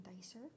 Dicer